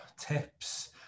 tips